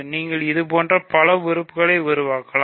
நீங்கள் இதுபோன்ற பல உறுப்புகளை உருவாக்கலாம்